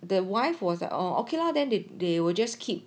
the wife was at all okay lor then they they will just keep